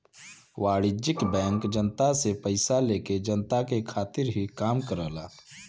वाणिज्यिक बैंक जनता से पइसा लेके जनता के खातिर ही काम करला